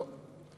לא.